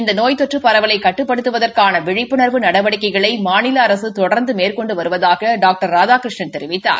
இந்த நோய் தொற்று பரவலை கட்டுப்படுதுவற்கான விழிப்புணா்வு நடவடிக்கைகளை மாநில அரசு தொடர்ந்து மேற்கொண்டு வருவதாக டாக்டர் ராதாகிர்ஷ்ணன் தெரிவித்தார்